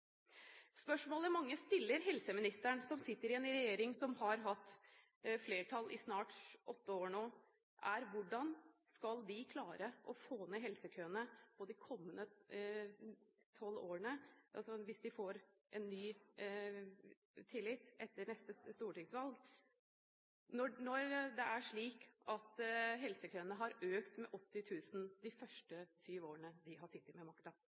Spørsmålet mange stiller helseministeren som sitter i en regjering som har hatt flertall i snart åtte år nå, er: Hvordan skal de klare å få ned helsekøene de kommende fire årene – altså, hvis de får en ny tillit etter neste stortingsvalg – når det er slik at helsekøene har økt med 80 000 personer de første syv årene de har sittet med